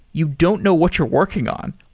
you don't know what you're working on.